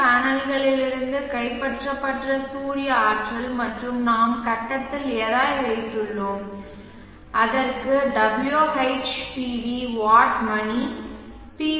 we பேனல்களிலிருந்து கைப்பற்றப்பட்ட சூரிய ஆற்றல் மற்றும் நாம் கட்டத்தில் எதை வைத்துள்ளோம் அதற்கு WHPV வாட் மணி பி